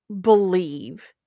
believe